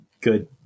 good